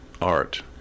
art